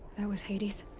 that was hades?